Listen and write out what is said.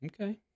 Okay